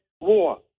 war